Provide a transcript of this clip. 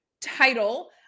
title